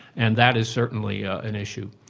and that is certainly ah an issue.